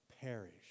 perish